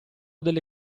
delle